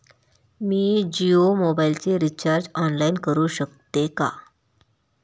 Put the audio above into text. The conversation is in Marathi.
मी जियो मोबाइलचे रिचार्ज ऑनलाइन करू शकते का?